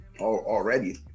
already